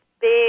big